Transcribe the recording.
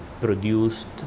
produced